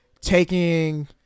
taking